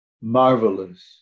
marvelous